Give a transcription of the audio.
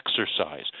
exercise